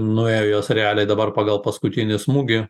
nuėjo jos realiai dabar pagal paskutinį smūgį